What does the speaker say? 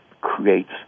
creates